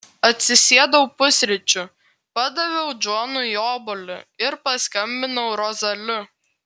atsisėdau pusryčių padaviau džonui obuolį ir paskambinau rozali